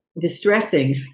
distressing